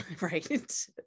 right